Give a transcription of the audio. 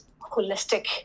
holistic